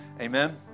Amen